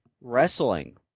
wrestling